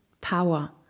power